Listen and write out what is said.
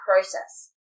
process